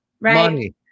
Money